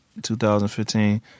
2015